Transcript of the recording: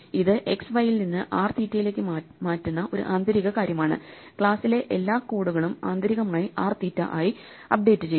ഇത് x y ൽ നിന്ന് r തീറ്റയിലേക്ക് മാറ്റുന്ന ഒരു ആന്തരിക കാര്യമാണ് ക്ലാസിലെ എല്ലാ കോഡുകളും ആന്തരികമായി r തീറ്റ ആയി അപ്ഡേറ്റ് ചെയ്യുന്നു